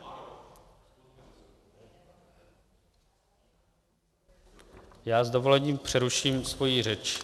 Já s dovolením přeruším svoji řeč.